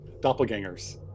doppelgangers